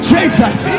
Jesus